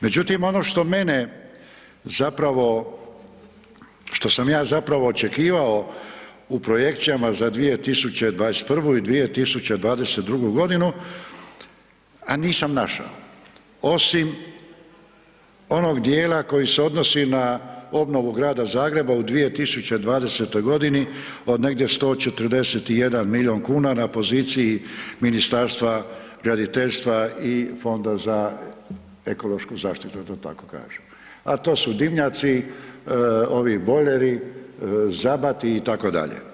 Međutim, ono što mene zapravo, što sam ja zapravo očekivao u projekcijama za 2021. i 2022.g., a nisam našao osim onog dijela koji se odnosi na obnovu Grada Zagreba u 2020.g. od negdje 141 milijun kuna na poziciji Ministarstva graditeljstva i Fonda za ekološku zaštitu, da to tako kažem, a to su dimnjaci, ovi bojleri, zabati itd.